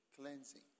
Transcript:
cleansing